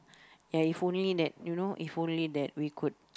ya if only that you know if only that we could